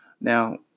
Now